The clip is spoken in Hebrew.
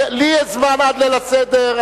לי יש זמן עד ליל הסדר,